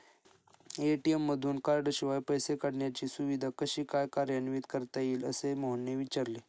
ATM मधून कार्डशिवाय पैसे काढण्याची सुविधा कशी काय कार्यान्वित करता येईल, असे मोहनने विचारले